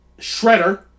Shredder